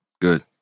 Good